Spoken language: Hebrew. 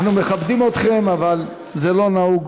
אנחנו מכבדים אתכם, אבל לא נהוג